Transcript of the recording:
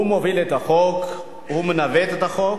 הוא מוביל את החוק, הוא מנווט את החוק,